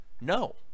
No